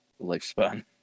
lifespan